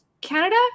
Canada